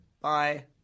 Bye